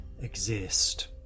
exist